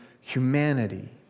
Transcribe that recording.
humanity